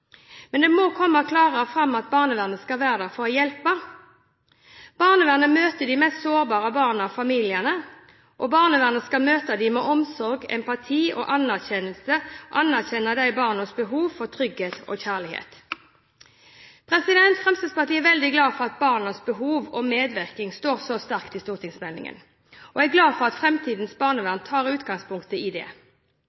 Men det må komme klarere fram at barnevernet skal være der for å hjelpe. Barnevernet møter de mest sårbare barna og familiene, og barnevernet skal møte dem med omsorg og empati og anerkjenne disse barnas behov for trygghet og kjærlighet. Fremskrittspartiet er veldig glad for at barnas behov og medvirkning står så sterkt i lovproposisjonen og for at